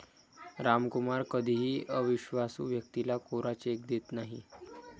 रामकुमार कधीही अविश्वासू व्यक्तीला कोरा चेक देत नाही